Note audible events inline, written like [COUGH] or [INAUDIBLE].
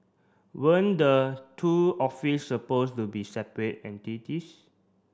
weren't the two office supposed to be separate [UNINTELLIGIBLE]